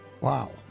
wow